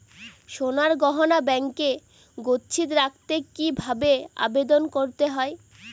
সোনার গহনা ব্যাংকে গচ্ছিত রাখতে কি ভাবে আবেদন করতে হয়?